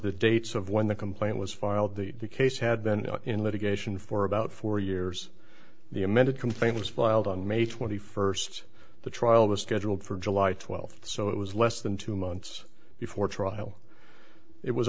the dates of when the complaint was filed the case had been in litigation for about four years the amended complaint was filed on may twenty first the trial was scheduled for july twelfth so it was less than two months before trial it was